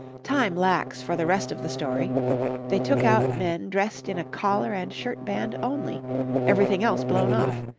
time lacks for the rest of the story they took out men dressed in a collar and shirt-band only everything else blown off,